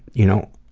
you know,